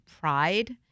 pride